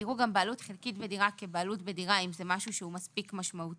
לרבות חכירה לדורות כמשמעותה